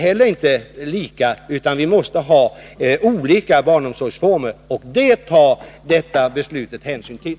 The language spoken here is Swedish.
Det måste därför finnas olika barnomsorgsformer, och det tar detta beslut hänsyn till.